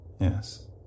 Yes